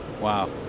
wow